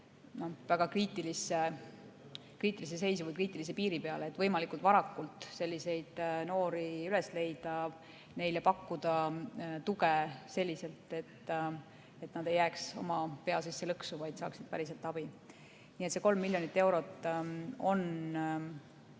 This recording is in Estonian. väga kriitilisse seisu või kriitilise piiri peale. On vaja võimalikult varakult sellised noored üles leida ja pakkuda neile tuge, et nad ei jääks oma pea sisse lõksu, vaid saaksid päriselt abi. Nii et see 3 miljonit eurot on